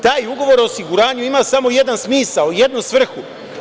Taj ugovor o osiguranju ima samo jedan smisao i jednu svrhu.